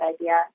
idea